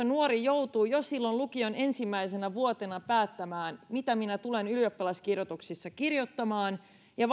nuori joutuu jo silloin lukion ensimmäisenä vuotena päättämään mitä minä tulen ylioppilaskirjoituksissa kirjoittamaan ja